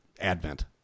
advent